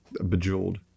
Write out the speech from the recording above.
Bejeweled